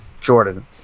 Jordan